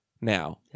now